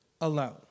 alone